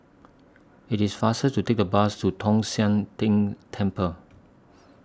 IT IS faster to Take The Bus to Tong Sian Tng Temple